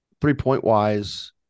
Three-point-wise